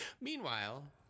Meanwhile